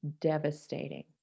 devastating